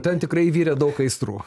ten tikrai virė daug aistrų